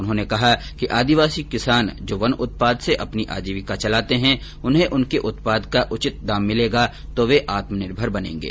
उन्होंने कहा कि आदिवासी किसान जो वन उत्पाद से अपनी आजीविका चलाते है उन्हें उनके उत्पाद का उचित दाम मिलेगा तो वे आत्मनिर्भर बनेंगे